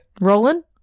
Roland